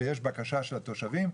ויש בקשה של התושבים,